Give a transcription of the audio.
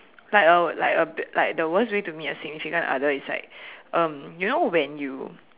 like a like a bit like the worst way to meet a significant other is like um you know when you